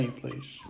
please